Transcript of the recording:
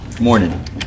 Morning